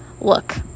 look